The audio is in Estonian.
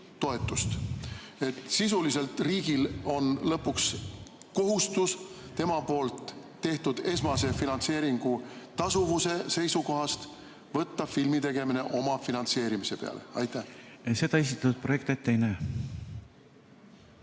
toetust. Sisuliselt on riigil lõpuks kohustus tema tehtud esmase finantseeringu tasuvuse huvides võtta filmitegemine oma finantseerimisele. Seda esitatud projekt ette ei näe.